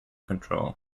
control